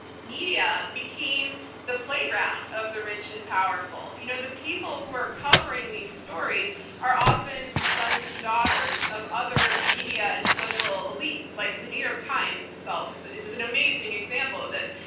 media became the playground of the rich and powerful. you know the people who are covering these stories are often the sons and daughters of other media and political elites. like the new york times itself is is an amazing example of this.